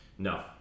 No